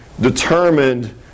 determined